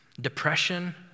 Depression